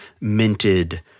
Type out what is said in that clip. minted